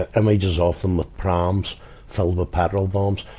and they dissolved them with prams filled with petrol bombs,